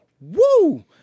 Woo